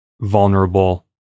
vulnerable